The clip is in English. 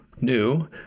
new